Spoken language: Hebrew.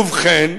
ובכן,